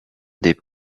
des